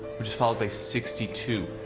which is followed by sixty two,